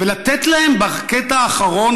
ולתת להם בקטע האחרון,